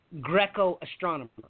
Greco-astronomer